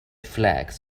flags